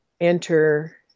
enter